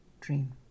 dream